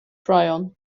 tryon